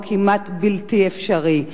זה כמעט בלתי אפשרי.